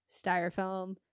Styrofoam